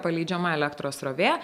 paleidžiama elektros srovė